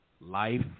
Life